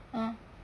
ah